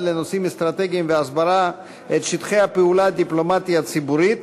לנושאים אסטרטגיים והסברה את שטח הפעולה דיפלומטיה ציבורית,